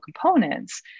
components